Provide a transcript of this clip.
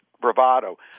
bravado